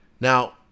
Now